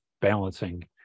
balancing